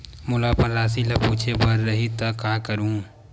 मोला अपन राशि ल पूछे बर रही त का करहूं?